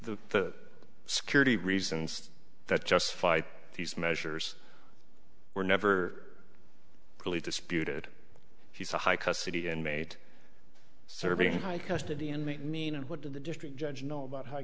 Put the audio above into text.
the the security reasons that justified these measures were never really disputed she's a high custody and mate serving high custody in the mean and what did the district judge know about high